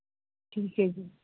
ਠੀਕ ਹੈ ਜੀ